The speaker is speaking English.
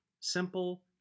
simple